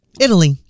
Italy